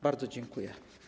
Bardzo dziękuję.